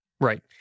Right